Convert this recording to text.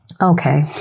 Okay